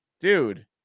dude